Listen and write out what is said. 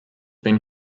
been